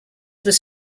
was